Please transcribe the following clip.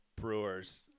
brewers